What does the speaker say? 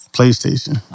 PlayStation